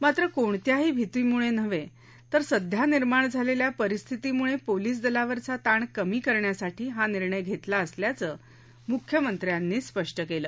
मात्र कोणत्याही भीतीमुळे नव्हे तर सध्या निर्माण झालेल्या परिस्थितीमुळे पोलिस दलावरचा ताण कमी करण्यासाठी हा निर्णय घेतला असल्याचं मुख्यमंत्र्यांनी स्पष्ट केलं